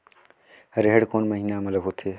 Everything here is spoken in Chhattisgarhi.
रेहेण कोन महीना म होथे?